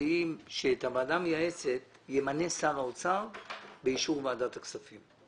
שאת הוועדה המייעצת ימנה שר האוצר באישור ועדת הכספים.